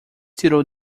tirou